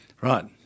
Right